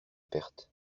perte